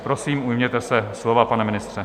Prosím, ujměte se slova, pane ministře.